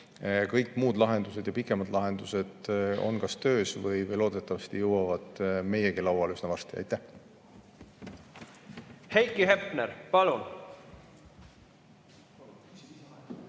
Kõik muud lahendused, ka pikemad lahendused on kas töös või loodetavasti jõuavad meie lauale üsna varsti. Aitäh! Heiki Hepner, palun!